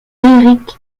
erich